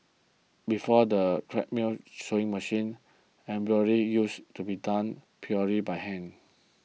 before the sewing machine embroidery used to be done purely by hand